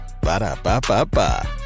Ba-da-ba-ba-ba